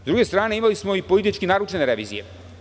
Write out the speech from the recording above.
S druge strane imali smo i politički naručene revizije.